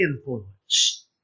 influence